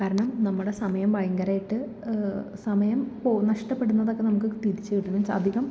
കാരണം നമ്മുടെ സമയം ഭയങ്കരമായിട്ട് സമയം പോവും നഷ്ടപെടുന്നതൊക്കെ നമുക്ക് തിരിച്ച് കിട്ടുന്നു മീൻസ് അധികം